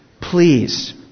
please